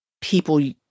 people